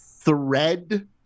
thread